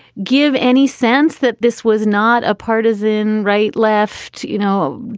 give any sense that this was not a partisan right, left, you know,